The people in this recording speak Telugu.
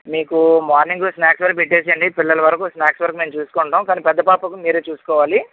మీకు మార్నింగ్ స్నాక్స్ వరకు మీరు పెట్టేసేయండి పిల్లల వరకు స్నాక్స్ వరకు మేము చూసుకుంటాం కానీ పెద్ద పాపకి మీరే చూసుకోవాలి